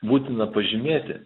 būtina pažymėti